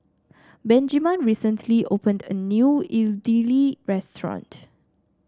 Benjiman recently opened a new Idili restaurant